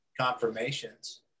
confirmations